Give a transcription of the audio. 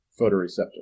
photoreceptor